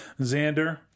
Xander